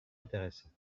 intéressant